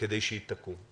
כדי שהיא תקום.